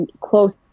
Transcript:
close